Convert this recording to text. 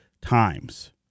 times